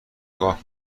نگاه